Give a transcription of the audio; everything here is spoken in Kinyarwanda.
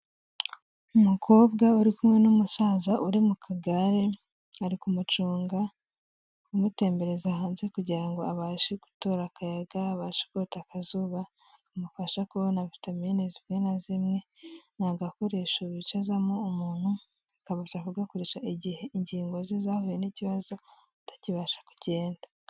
Umukobwa uri kumwe n'umusaza uri mu kagare, ari kumucunga amutembereza hanze kugira ngo abashe gutora akayaga, abasha kota akazuba, kamufasha kubona vitamine zimwe na zimwe, ni agakoresho bicazamo umuntu bashagakoresha igihe ingingo ze zahuye n'ikibazo atakibasha kugenda.